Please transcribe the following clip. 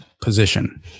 position